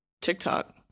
TikTok